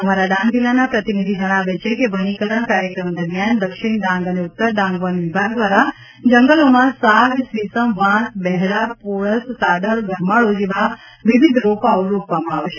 અમારા ડાંગ જિલ્લાના પ્રતિનિધિ જણાવે છે કે વનીકરણ કાર્યક્રમ દરમિયાન દક્ષિણ ડાંગ અને ઉત્તર ડાંગ વન વિભાગ દ્વારા જંગલોમાં સાગ સીસમ વાંસ બેહડા પોળસ સાદડ ગરમાળો જેવા વિવિધ રોપાઓ રોપવામાં આવશે